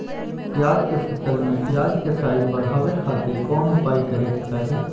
प्याज के फसल में प्याज के साइज बढ़ावे खातिर कौन उपाय करे के चाही?